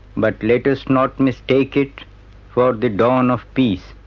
but let us not mistake it for ah the dawn of peace.